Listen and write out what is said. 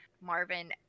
Marvin